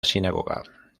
sinagoga